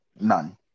None